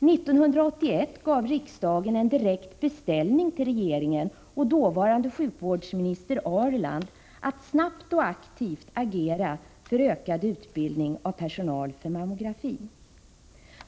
1981 gav riksdagen en direkt beställning till regeringen och dåvarande sjukvårdsminister Ahrland att de snabbt och aktivt skulle agera för ökad utbildning av personal för mammografi.